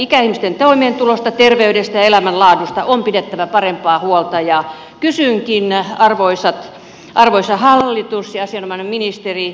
ikäihmisten toimeentulosta terveydestä ja elämänlaadusta on pidettävä parempaa huolta ja kysynkin arvoisa hallitus ja asianomainen ministeri